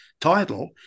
title